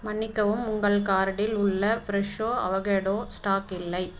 மன்னிக்கவும் உங்கள் கார்ட்டில் உள்ள ஃப்ரெஷோ அவோகேடோ ஸ்டாக் இல்லை